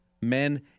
men